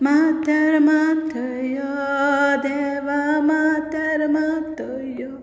माथ्यार मात्थो यो देवा माथ्यार मात्तो यो